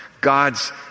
God's